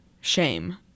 shame